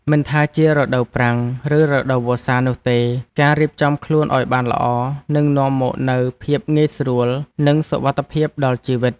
មិនថាជារដូវប្រាំង ឬរដូវវស្សានោះទេ ការរៀបចំខ្លួនឱ្យបានល្អនឹងនាំមកនូវភាពងាយស្រួល និងសុវត្ថិភាពដល់ជីវិត។